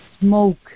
smoke